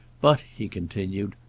but, he continued,